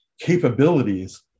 capabilities